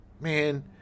Man